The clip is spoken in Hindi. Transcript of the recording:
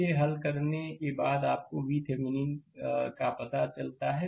इसे हल करने के बाद आपको VThevenin का पता चलता है